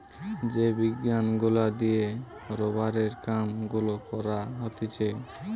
যে বিজ্ঞান গুলা দিয়ে রোবারের কাম গুলা করা হতিছে